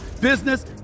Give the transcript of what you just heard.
business